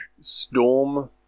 Storm